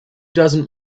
doesn’t